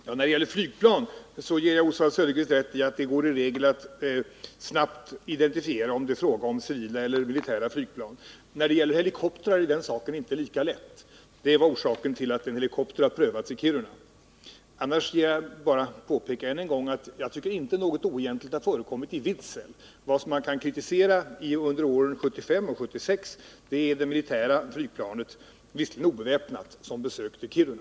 Herr talman! När det gäller flygplan ger jag Oswald Söderqvist rätt i att det i regel snabbt går att identifiera om det är fråga om civila eller militära flygplan. Men beträffande helikoptrar är det inte lika lätt, och det var orsaken till att en helikopter prövats i Kiruna. F. ö. vill jag bara än en gång påpeka att jag inte anser att något oegentligt förekommit i Vidsel. Vad man kan kritisera från åren 1975 och 1976 är det militära flygplan, visserligen obeväpnat, som besökte Kiruna.